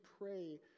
pray